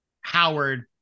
howard